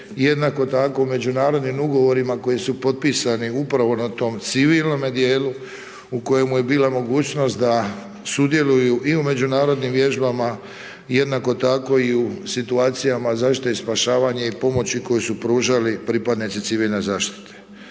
jednako tako u međunarodnim ugovorima koji su potpisani upravo na tom civilnom djelu u kojemu je bila mogućnost da sudjeluju i u međunarodnim vježbama, jednako tako i u situacijama zaštite i spašavanje i pomoći koju su pružali pripadnici civilne zaštite.